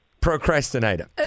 procrastinator